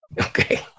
Okay